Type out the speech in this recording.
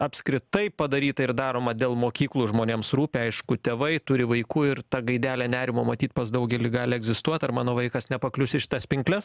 apskritai padaryta ir daroma dėl mokyklų žmonėms rūpi aišku tėvai turi vaikų ir ta gaidelė nerimo matyt pas daugelį gali egzistuot ar mano vaikas nepaklius į šitas pinkles